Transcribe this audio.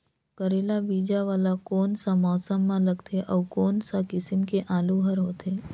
करेला बीजा वाला कोन सा मौसम म लगथे अउ कोन सा किसम के आलू हर होथे?